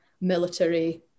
military